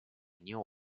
new